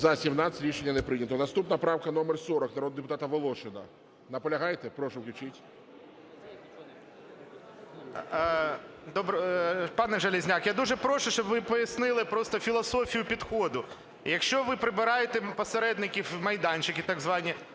За-17 Рішення не прийнято. Наступна правка - номер 40, народного депутата Волошина. Наполягаєте? Прошу включіть. 18:27:49 ВОЛОШИН О.А. Пане Железняк, я дуже прошу, щоб ви пояснили просто філософію підходу? Якщо ви прибираєте посередників, майданчики так звані,